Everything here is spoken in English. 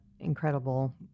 Incredible